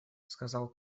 сказал